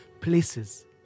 places